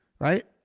Right